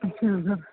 ਅੱਛਾ ਸਰ